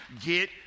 get